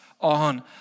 on